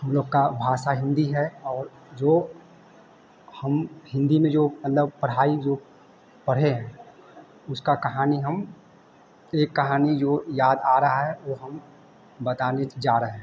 हम लोग की भाषा हिंदी है और जो हम हिंदी में जो मतलब पढ़ाई जो पढ़े हैं उसकी कहानी हम एक कहानी जो याद आ रही है वह हम बताने जा रहे हैं